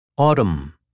Autumn